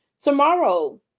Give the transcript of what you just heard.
tomorrow